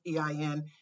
EIN